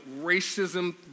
racism